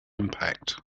impact